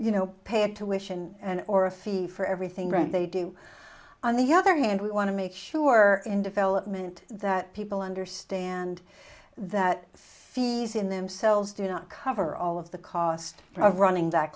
wish and or a fee for everything they do on the other hand we want to make sure in development that people understand that fees in themselves do not cover all of the cost of running that